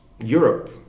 Europe